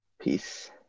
Peace